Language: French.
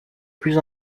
plus